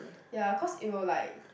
ya cause it will like